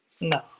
No